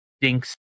dinks